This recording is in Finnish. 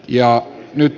arvoisa puhemies